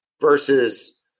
versus